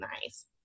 nice